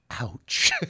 Ouch